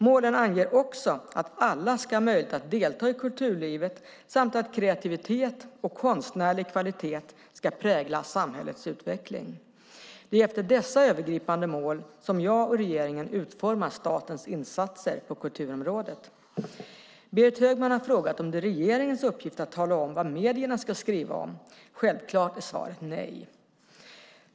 Målen anger också att alla ska ha möjlighet att delta i kulturlivet samt att kreativitet och konstnärlig kvalitet ska prägla samhällets utveckling. Det är efter dessa övergripande mål som jag och regeringen utformar statens insatser på kulturområdet. Berit Högman har frågat om det är regeringens uppgift att tala om vad medierna ska skriva om. Självklart är svaret nej.